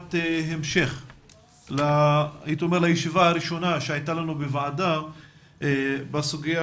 ישיבת המשך לישיבה הראשונה שהייתה לנו בוועדה בסוגיה